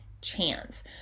chance